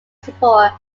support